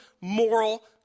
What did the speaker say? moral